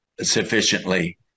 sufficiently